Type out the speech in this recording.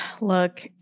Look